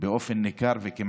באופן ניכר ולא